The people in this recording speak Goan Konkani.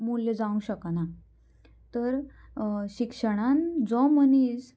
मूल्य जावंक शकना तर शिक्षणान जो मनीस